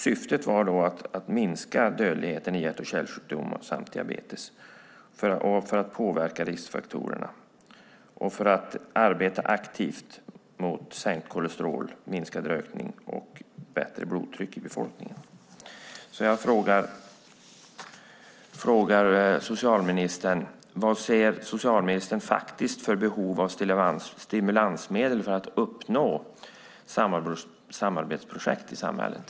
Syftet var att minska dödligheten i hjärt och kärlsjukdomar samt diabetes genom att påverka riskfaktorerna. Man skulle arbeta aktivt mot sänkt kolesterolhalt, minskad rökning och bättre blodtryck hos befolkningen. Jag frågar socialministern: Vilka faktiska behov av stimulansmedel ser socialministern för att uppnå samarbetsprojekt i samhället?